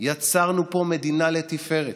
יצרנו פה מדינה לתפארת,